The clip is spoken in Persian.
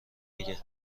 میگه